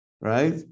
right